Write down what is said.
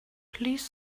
please